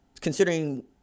considering